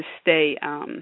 stay